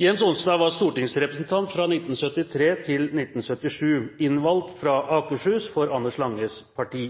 Gjems-Onstad var stortingsrepresentant fra 1973 til 1977, innvalgt fra Akershus for Anders Langes Parti.